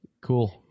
Cool